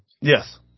yes